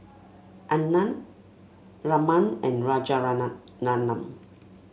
Anand Raman and